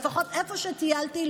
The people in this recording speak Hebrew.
לפחות איפה שטיילתי,